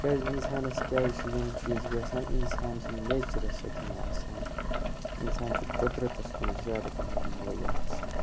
کیٛازِ اِنسانَس کیٛازِ چھِ یِم چیٖز گژھان اِنسان چھِ نیچرَس سۭتۍ آسان اِنسان چھُ قُدرَتَس کُن زیادٕ پَہمَتھ مٲیِل آسان